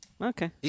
Okay